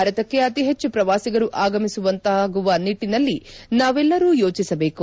ಭಾರತಕ್ಕೆ ಅತಿ ಹೆಚ್ಚು ಪ್ರವಾಸಿಗರು ಆಗಮಿಸುವಂತಾಗುವ ನಿಟ್ಟನಲ್ಲಿ ನಾವೆಲ್ಲರೂ ಯೋಚಿಸಬೇಕು